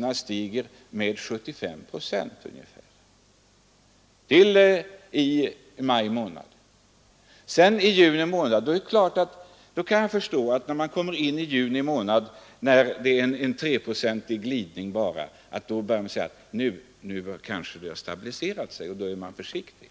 månad stigit med ungefär 75 procent. Men när vi sedan i juni månad fick en prisglidning med bara 3 procent förstår jag att många tänkte att nu har det tydligen börjat stabilisera sig. Och då blev man försiktig.